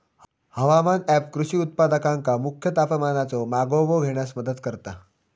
हवामान ऍप कृषी उत्पादकांका मुख्य तापमानाचो मागोवो घेण्यास मदत करता